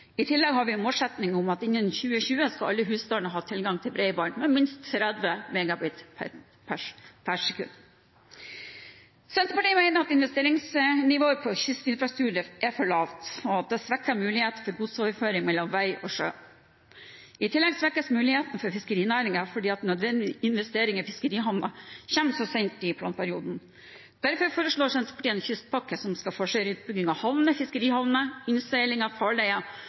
I tillegg har vi en målsetting om at innen 2020 skal alle husstander ha tilgang til bredbånd med minst 30 MB/s. Senterpartiet mener investeringsnivået på kystinfrastruktur er for lavt, og at dette svekker mulighetene for godsoverføring mellom vei og sjø. I tillegg svekkes mulighetene for fiskerinæringen fordi nødvendige investeringer i fiskerihavner kommer så sent i planperioden. Derfor foreslår Senterpartiet en kystpakke som skal forsere utbygging av havner, fiskerihavner, innseilinger